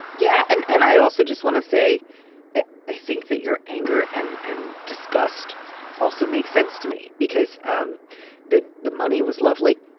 yeah and and i also just want to say i i think that your anger and and disgust also makes sense to me because um the the money was lovely.